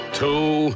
two